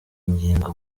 ngingo